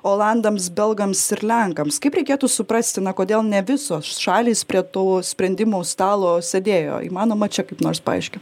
olandams belgams ir lenkams kaip reikėtų suprasti na kodėl ne visos šalys prie to sprendimų stalo sėdėjo įmanoma čia kaip nors paaiškint